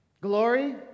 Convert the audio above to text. glory